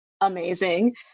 amazing